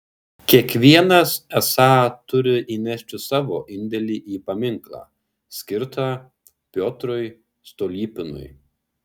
kiekvienas esą turi įnešti savo indėlį į paminklą skirtą piotrui stolypinui